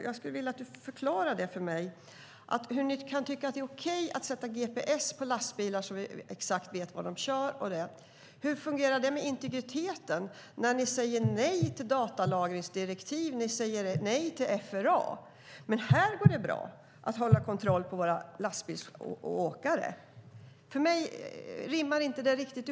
Jag skulle vilja att du förklarar för mig hur ni kan tycka att det är okej att sätta gps på lastbilar, så att vi vet exakt var de kör. Hur fungerar det med integriteten när ni säger nej till datalagringsdirektiv? Ni säger nej till FRA. Men här går det bra att hålla kontroll på våra lastbilschaufförer och åkare. För mig rimmar inte det riktigt.